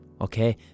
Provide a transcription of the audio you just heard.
Okay